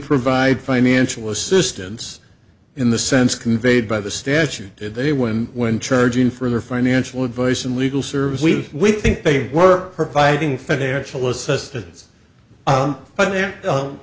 provide financial assistance in the sense conveyed by the statute did they when when charging for their financial advice and legal service we we think they were providing financial assistance